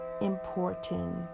important